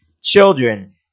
children